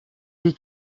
des